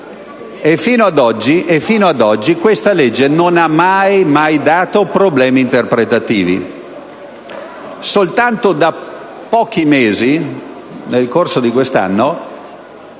e fino ad oggi non ha mai dato problemi interpretativi. Soltanto da pochi mesi, nel corso di quest'anno